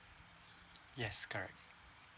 yes correct